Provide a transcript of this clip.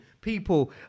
People